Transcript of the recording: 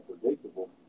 predictable